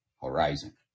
horizon